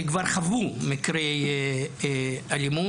שכבר חוו מקרי אלימות.